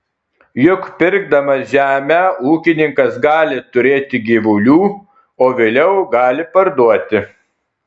juk pirkdamas žemę ūkininkas gali turėti gyvulių o vėliau gali parduoti